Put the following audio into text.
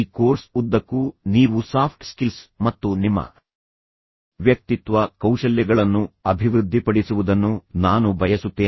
ಈ ಕೋರ್ಸ್ ಉದ್ದಕ್ಕೂ ನೀವು ಸಾಫ್ಟ್ ಸ್ಕಿಲ್ಸ್ ಮತ್ತು ನಿಮ್ಮ ವ್ಯಕ್ತಿತ್ವ ಕೌಶಲ್ಯಗಳನ್ನು ಅಭಿವೃದ್ಧಿಪಡಿಸುವುದನ್ನು ನಾನು ಬಯಸುತ್ತೇನೆ